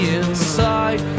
inside